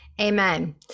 Amen